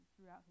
throughout